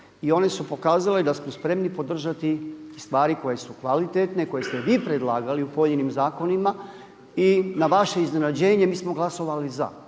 I one su pokazale da smo spremni podržati stvari koje su kvalitetne, koje ste vi predlagali u pojedinim zakonima i na vaše iznenađenje mi smo glasovali za.